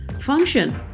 function